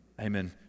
Amen